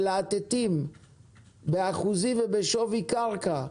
מלהטטים באחוזים ובשווי קרקע.